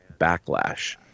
backlash